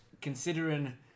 considering